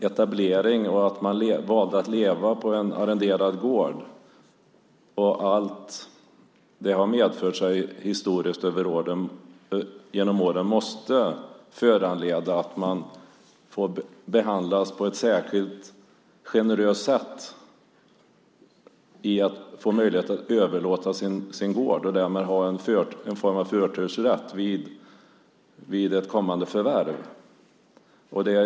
Valet att leva på en arrenderad gård och allt vad det har medfört genom åren måste föranleda att man behandlas på ett särskilt generöst sätt när det gäller överlåtelse av gård och därmed ges en form av förtursrätt vid ett kommande förvärv.